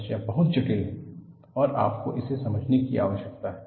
समस्या बहुत जटिल है और आपको इसे समझने की आवश्यकता है